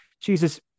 Jesus